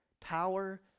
Power